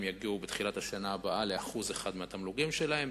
ובתחילת השנה הבאה הן יגיעו ל-1% מהתמלוגים שלהן,